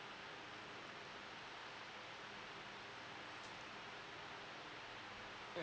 mm